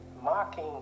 mocking